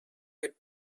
had